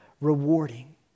rewarding